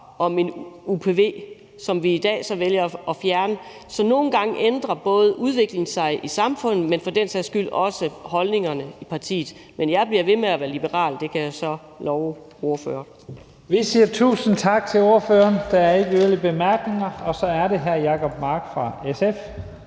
op om en UPV, som vi så i dag vælger at fjerne. Så nogle gange ændrer både udviklingen i samfundet sig, men for den sags skyld også holdningerne i partierne. Men jeg bliver ved med at være liberal, kan jeg så love spørgeren. Kl. 14:52 Første næstformand (Leif Lahn Jensen): Vi siger tusind tak til ordføreren. Der er ikke yderligere korte bemærkninger. Så er det hr. Jacob Mark fra SF.